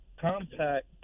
compact